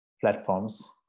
platforms